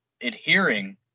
adhering